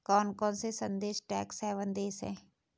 कौन कौन से देश टैक्स हेवन देश हैं?